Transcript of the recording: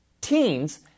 teens